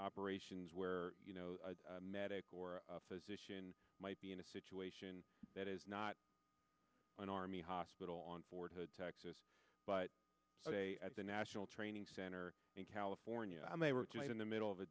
operations where you know a medical or a physician might be in a situation that is not an army hospital on fort hood texas but at the national training center in california and they were to meet in the middle of